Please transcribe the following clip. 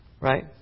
right